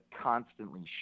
constantly